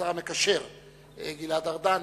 התש"ע 2009,